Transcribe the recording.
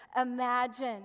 imagine